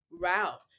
route